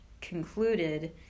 concluded